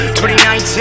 2019